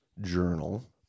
journal